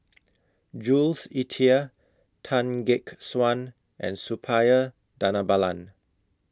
Jules Itier Tan Gek Suan and Suppiah Dhanabalan